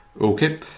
Okay